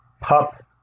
Pup